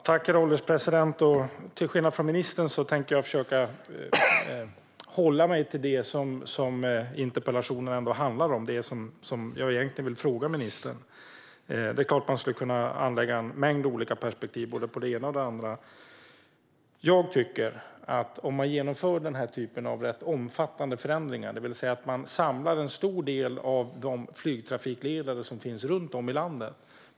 Herr ålderspresident! Till skillnad från ministern tänker jag försöka hålla mig till det interpellationen egentligen handlar om och det jag vill fråga ministern. Men det är klart att man skulle kunna anlägga en mängd olika perspektiv på både det ena och det andra. Det är rätt omfattande förändringar man vill genomföra: Man samlar en stor del av de flygtrafikledare som finns runt om i landet.